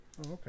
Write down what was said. okay